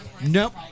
Nope